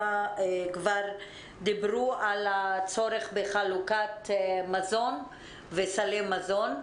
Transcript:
כבר דיברו על הצורך בחלוקת מזון וסלי מזון.